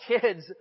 kids